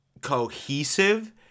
cohesive